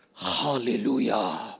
Hallelujah